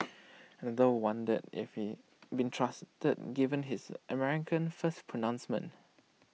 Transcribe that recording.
another wondered if he be trusted given his America First pronouncements